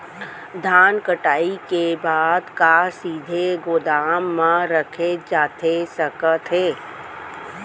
धान कटाई के बाद का सीधे गोदाम मा रखे जाथे सकत हे?